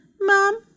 mom